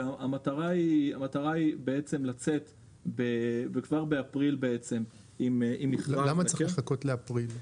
והמטרה היא לצאת כבר באפריל עם מכרז --- למה צריך לחכות לאפריל?